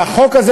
והחוק הזה,